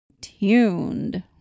tuned